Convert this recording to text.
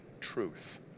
truth